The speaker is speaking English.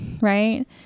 Right